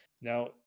Now